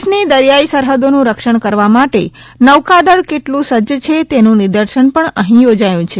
દેશની દરિયાઈ સરહદોનું રક્ષણ કરવા માટે નૌકાદળ કેટલું સજ્જ છે તેનું નિદર્શન પણ અહી યોજાયું છે